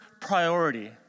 priority